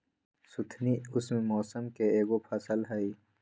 सुथनी उष्ण मौसम के एगो फसल हई